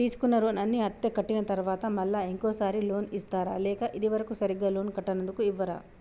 తీసుకున్న రుణాన్ని అత్తే కట్టిన తరువాత మళ్ళా ఇంకో సారి లోన్ ఇస్తారా లేక ఇది వరకు సరిగ్గా లోన్ కట్టనందుకు ఇవ్వరా?